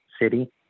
City